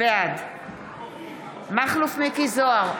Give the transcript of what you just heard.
בעד מכלוף מיקי זוהר,